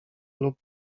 lub